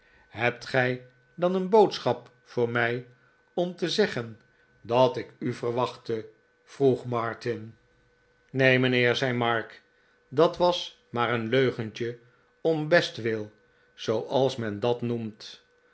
hebt gij dan een boodschap voor mij om te zeggen dat ik u verwachtte vroeg martin r neen mijnheer zei mark dat was maar een leugentje om bestwil zooals men dat noemt